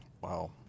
Wow